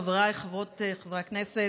חבריי חברות וחברי הכנסת,